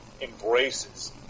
embraces